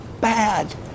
bad